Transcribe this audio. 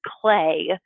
clay